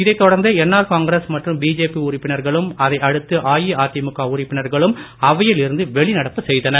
இதை தொடர்ந்து என்ஆர் காங்கிரஸ் மற்றும் பிஜேபி உறுப்பினர்களும் அதை அடுத்து அஇஅதிமுக உறுப்பினர்களும் அவையில் இருந்து வெளி நடப்பு செய்தனர்